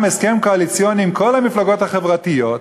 הסכם קואליציוני עם כל המפלגות החברתיות,